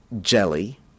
jelly